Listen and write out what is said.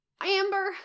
Amber